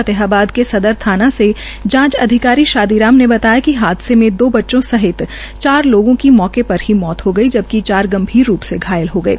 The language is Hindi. फतेहाबाद क सदर थाना से जांच अधिकारी शादी राम ने बताया कि हादसे मे दो बच्चों सहित चार लोगों की मौके पर ही मौत हो गई जबकि चार गंभीर रूप से घायल हो गये